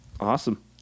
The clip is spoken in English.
Awesome